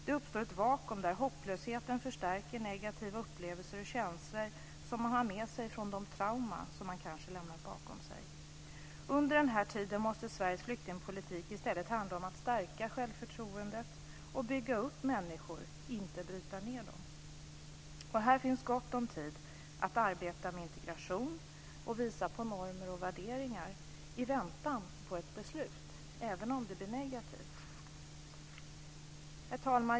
Det uppstår ett vakuum där hopplösheten förstärker negativa upplevelser och känslor som man har med sig från de trauman som man kanske lämnat bakom sig. Under den här tiden måste Sveriges flyktingpolitik i stället handla om att stärka självförtroendet och bygga upp människor, inte bryta ned dem. Här finns gott om tid att arbeta med integration och visa på normer och värderingar i väntan på ett beslut även om det blir negativt. Herr talman!